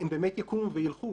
הם באמת יקומו וילכו.